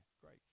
great